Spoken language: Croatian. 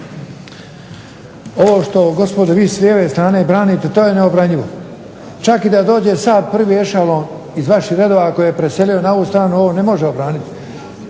gospodo vi s lijeve strane branite to je neobranjivo. Čak i da dođe …/Govornik se ne razumije./… iz vaših redova koji je preselio na ovu stranu on ne može obraniti.